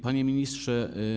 Panie Ministrze!